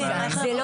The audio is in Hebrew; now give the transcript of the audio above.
זה לא